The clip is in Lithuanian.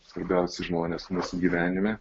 svarbiausi žmonės mūsų gyvenime